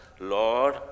Lord